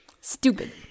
Stupid